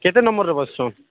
କେତେ ନମ୍ବରରେ ବସିଛ